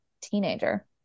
teenager